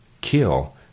kill